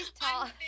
tall